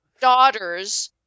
daughters